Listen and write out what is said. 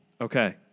Okay